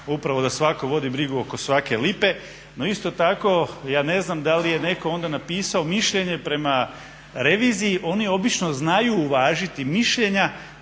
upravo da svatko vodi brigu oko svake lipe. No isto tako ja ne znam da li je netko onda napisao mišljenje prema reviziji. Oni obično znaju uvažiti mišljenja